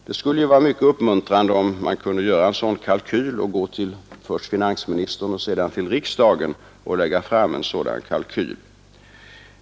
Det skulle vara mycket uppmuntrande, om man kunde göra en sådan kalkyl och lägga fram den först för finansministern och sedan för riksdagen.